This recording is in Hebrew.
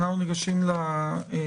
אנחנו ניגשים להצבעה.